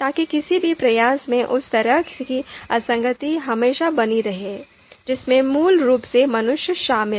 ताकि किसी भी प्रयास में उस तरह की असंगति हमेशा बनी रहे जिसमें मूल रूप से मनुष्य शामिल है